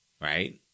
right